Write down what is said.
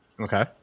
Okay